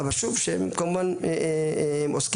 שוב, שהם כמובן עוסקים,